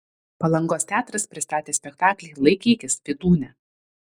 palangos teatras pristatė spektaklį laikykis vydūne